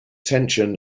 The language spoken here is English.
tension